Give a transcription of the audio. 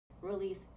release